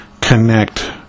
connect